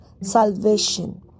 salvation